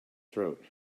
throat